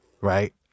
right